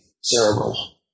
cerebral